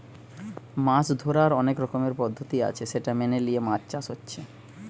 মাছ ধোরার অনেক রকমের পদ্ধতি আছে সেটা মেনে লিয়ে মাছ চাষ হচ্ছে